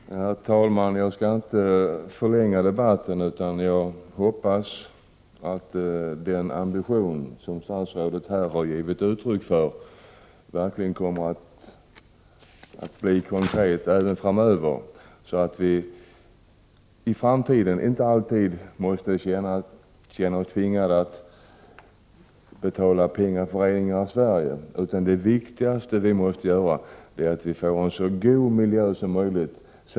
Herr talman! Jag skall inte förlänga debatten utan jag hoppas att den ambition som statsrådet här har givit uttryck för verkligen kommer att vara konkret även framöver, så att vi i framtiden inte alltid måste känna oss tvingade att betala pengar för rening av Sverige. Vi måste se till att vi får en så god miljö som möjligt.